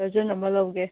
dozen ꯑꯃ ꯂꯧꯒꯦ